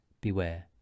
Beware